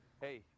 hey